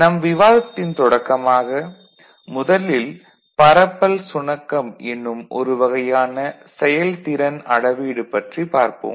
நம் விவாதத்தின் தொடக்கமாக முதலில் பரப்பல் சுணக்கம் என்னும் ஒருவகையான செயல்திறன் அளவீடு பற்றி பார்ப்போம்